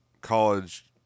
college